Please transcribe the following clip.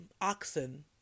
oxen